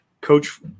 Coach